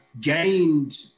gained